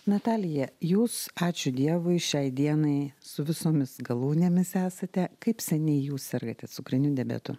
natalija jūs ačiū dievui šiai dienai su visomis galūnėmis esate kaip seniai jūs sergate cukriniu diabetu